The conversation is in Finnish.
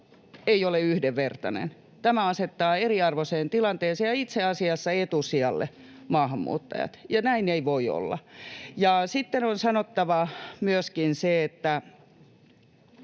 ole yhdenvertainen. Tämä asettaa eriarvoiseen tilanteeseen ja itse asiassa etusijalle maahanmuuttajat, ja näin ei voi olla. Sitten on sanottava myöskin se, että